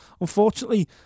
Unfortunately